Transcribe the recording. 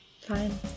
Fine